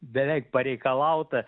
beveik pareikalauta